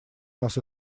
нас